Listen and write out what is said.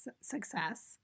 success